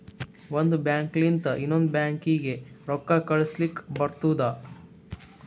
ಒಂದ್ ಬ್ಯಾಂಕ್ ಲಿಂತ ಇನ್ನೊಂದು ಬ್ಯಾಂಕೀಗಿ ರೊಕ್ಕಾ ಕಳುಸ್ಲಕ್ ಬರ್ತುದ